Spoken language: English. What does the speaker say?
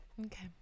Okay